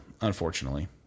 unfortunately